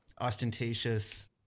ostentatious